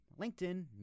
LinkedIn